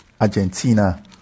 Argentina